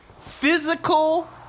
physical